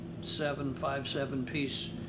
seven-five-seven-piece